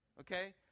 Okay